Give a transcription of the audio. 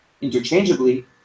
interchangeably